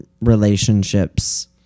relationships